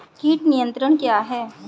कीट नियंत्रण क्या है?